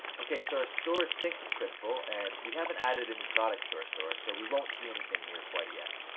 okay so our store is now synced with printful, and we haven't added any products to our store so we won't see anything here quite yet.